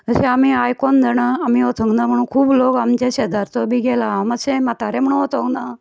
अशें आमी आयकोन जाणा आमी वचोंक ना म्हणोन खूब लोक आमच्या शेजारचो बी गेला हांव मातशें म्हातारें म्हुणोन वचो ना